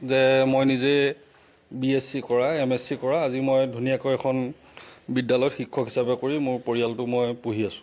যে মই নিজে বি এ চি কৰা এম এ চি কৰা আজি মই ধুনীয়াকৈ এখন বিদ্যালয়ত শিক্ষক হিচাপে কৰি মোৰ পৰিয়ালটো মই পুহি আছে